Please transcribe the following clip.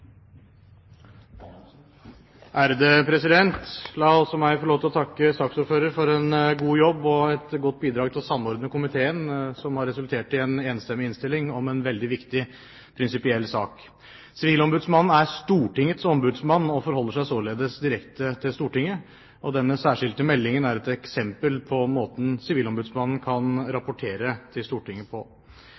La også meg få lov til å takke saksordføreren for en god jobb og for et godt bidrag til å samordne komiteen, noe som har resultert i en enstemmig innstilling om en veldig viktig prinsipiell sak. Sivilombudsmannen er Stortingets ombudsmann og forholder seg således direkte til Stortinget. Denne særskilte meldingen er et eksempel på måten Sivilombudsmannen kan rapportere til Stortinget på.